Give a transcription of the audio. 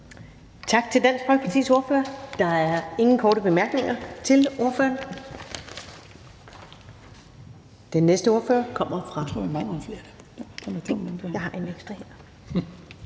Tak til Dansk Folkepartis ordfører. Der er ingen korte bemærkninger til ordføreren.